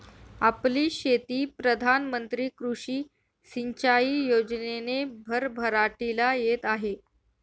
आपली शेती प्रधान मंत्री कृषी सिंचाई योजनेने भरभराटीला येत आहे